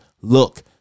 Look